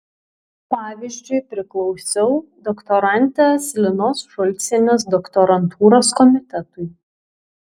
pavyzdžiui priklausiau doktorantės linos šulcienės doktorantūros komitetui